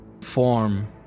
form